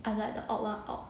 I'm like the odd one out